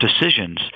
decisions